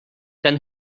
ten